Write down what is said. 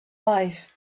life